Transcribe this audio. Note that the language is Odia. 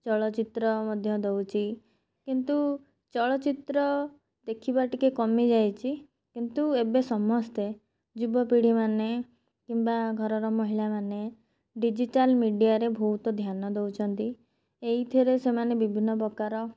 ଚଳଚ୍ଚିତ୍ର ମଧ୍ୟ ଦେଉଛି କିନ୍ତୁ ଚଳଚ୍ଚିତ୍ର ଦେଖିବା ଟିକେ କମିଯାଇଛି କିନ୍ତୁ ଏବେ ସମସ୍ତେ ଯୁବପିଢ଼ି ମାନେ କିମ୍ବା ଘରର ମହିଳା ମାନେ ଡିଜିଟାଲ୍ ମିଡ଼ିଆରେ ବହୁତ ଧ୍ୟାନ ଦେଉଛନ୍ତି ଏଇଥିରେ ସେମାନେ ବିଭିନ୍ନ ପ୍ରକାର